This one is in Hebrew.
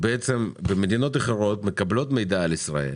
מדינות מקבלות מידע על ישראל